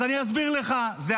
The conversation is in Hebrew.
אז אני אסביר לך.